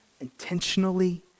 intentionally